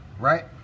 Right